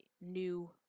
new